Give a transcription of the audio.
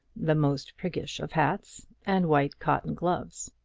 the most priggish of hats, and white cotton gloves.